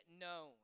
known